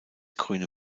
grüne